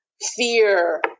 fear